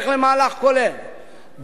בואו נלך למהלך כולל,